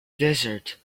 desert